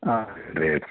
ಹಾಂ